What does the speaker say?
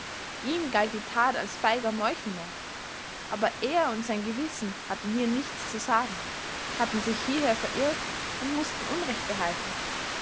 ihm galt die tat als feiger meuchelmord aber er und sein gewissen hatten hier nichts zu sagen hatten sich hierher verirrt und mußten unrecht behalten